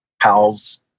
pals